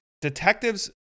Detectives